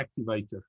activator